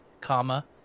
comma